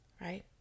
right